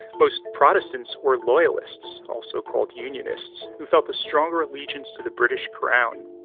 most protestants were loyalists, also called unionists, who felt a stronger allegiance to the british crown.